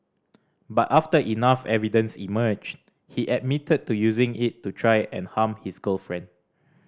but after enough evidence emerged he admitted to using it to try and harm his girlfriend